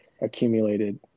accumulated